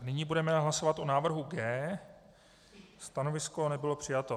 Nyní budeme hlasovat o návrhu G. Stanovisko nebylo přijato.